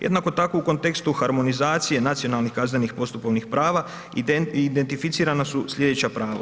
Jednako tako u kontekstu harmonizacije nacionalnih kaznenih postupovnih prava, identificirana su slijedeća prava.